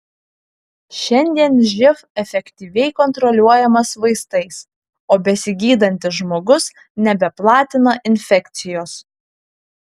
šiandien živ efektyviai kontroliuojamas vaistais o besigydantis žmogus nebeplatina infekcijos